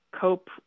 cope